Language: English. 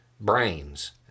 brains